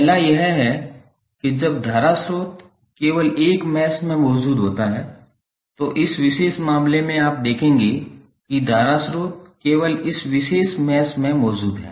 पहला यह है कि जब धारा स्रोत केवल एक मैश में मौजूद होता है तो इस विशेष मामले में आप देखेंगे कि धारा स्रोत केवल इस विशेष मैश में मौजूद है